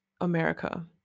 America